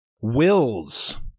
Wills